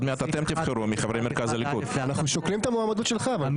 הצבעה בעד 5 נגד 9 נמנעים אין